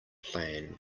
plan